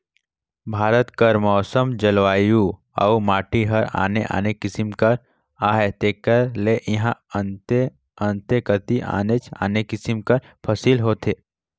भारत कर मउसम, जलवायु अउ माटी हर आने आने किसिम कर अहे तेकर ले इहां अन्ते अन्ते कती आनेच आने किसिम कर फसिल होथे